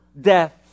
death